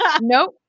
Nope